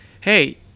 hey